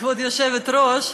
כבוד היושבת-ראש,